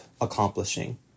accomplishing